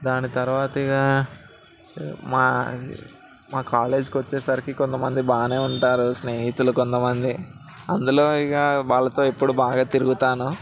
దాని తర్వాత ఇగ మా మా కాలేజీకి వచ్చేసరికి కొంత మంది బాగానే ఉంటారు స్నేహితులు కొంత మంది అందులో ఇక వాళ్ళతో ఇప్పుడు బాగా తిరుగుతాను